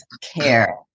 care